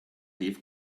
leave